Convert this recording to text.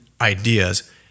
ideas